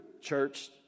church